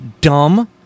dumb